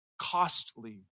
costly